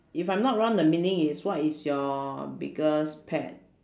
if I'm not wrong the meaning is what is your biggest pet